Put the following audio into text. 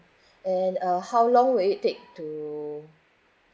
and uh how long will it take to